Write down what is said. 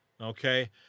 okay